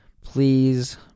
please